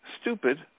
stupid